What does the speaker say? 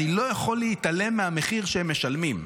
אני לא יכול להתעלם מהמחיר שהם משלמים.